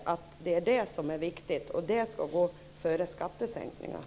Det är det som är viktigt, och det ska gå före skattesänkningar.